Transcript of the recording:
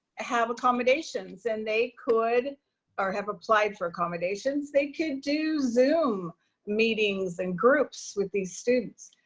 have accommodations and they could or have applied for accommodations, they could do zoom meetings and groups with these students.